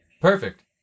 perfect